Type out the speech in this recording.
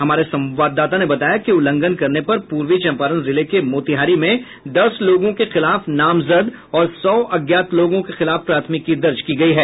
हमारे संवाददाता ने बताया कि उल्लंघन करने पर पूर्वी चंपारण जिले के मोतिहारी में दस लोगों के खिलाफ नामजद और सौ अज्ञात लोगों के खिलाफ प्राथमिकी दर्ज की गयी है